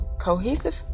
cohesive